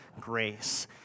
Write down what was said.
grace